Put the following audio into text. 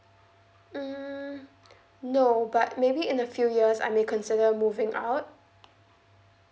um no but maybe in a few years I may consider moving out